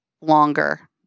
longer